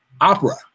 opera